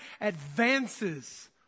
advances